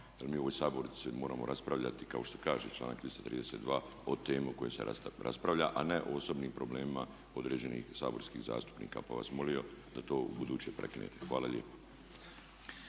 jer mi u ovoj Sabornici moramo raspravljati kao što kaže članak 332. o temi o kojoj se raspravlja, a ne o osobnim problemima određenih saborskih zastupnika. Pa bih vas molio da to ubuduće prekinete. Hvala lijepa.